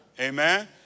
Amen